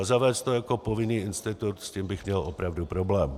Zavést to jako povinný institut, s tím bych měl opravdu problém.